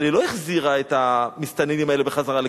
אבל היא לא החזירה את המסתננים האלה לכפר-מנדא.